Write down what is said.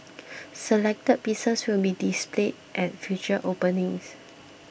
selected pieces will be displayed at future openings